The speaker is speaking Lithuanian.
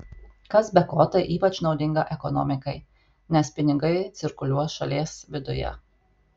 kas be ko tai ypač naudinga ekonomikai nes pinigai cirkuliuos šalies viduje